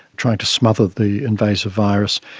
trying to smother the invasive virus.